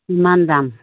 ইমান দাম